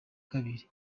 kabiri